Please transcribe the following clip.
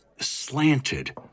slanted